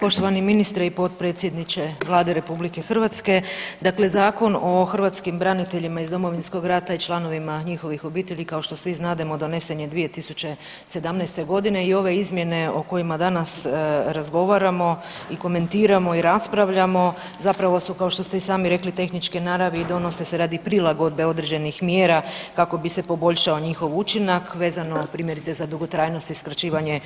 Poštovani ministre i potpredsjedniče Vlade RH, dakle Zakon o hrvatskim braniteljima iz Domovinskog rata i članovima njihovih obitelji kao što svi znademo, donesen je 2017. g, i ove izmjene o kojima danas razgovaramo i komentiramo i raspravljamo, zapravo su kao što ste i sami rekli tehničke naravi i donose se radi prilagodbe određenih mjera kako bi se poboljšao njihov učinak vezano primjerice za dugotrajnost i skraćivanje